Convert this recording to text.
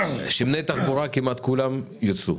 שמני תחבורה כמעט את כולם יוציאו.